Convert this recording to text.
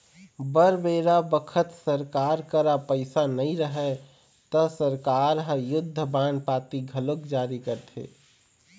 बर बेरा बखत सरकार करा पइसा नई रहय ता सरकार ह युद्ध बांड पाती घलोक जारी करथे